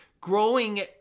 Growing